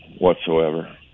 whatsoever